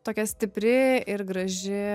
tokia stipri ir graži